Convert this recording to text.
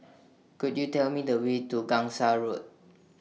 Could YOU Tell Me The Way to Gangsa Road